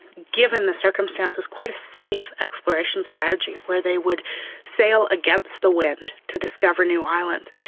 given the circumstances, quite a safe exploration strategy where they would sail against the wind to discover new islands,